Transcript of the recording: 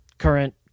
current